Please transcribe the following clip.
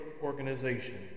organization